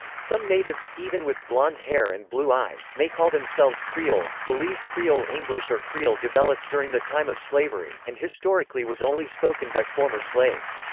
some natives, even with blonde hair and blue eyes, may call themselves creoles belize creole english or kriol developed during the time of slavery, and historically was only spoken by former slaves.